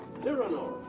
cyrano!